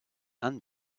and